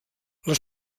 les